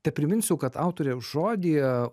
tepriminsiu kad autoriaus žodyje